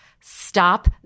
Stop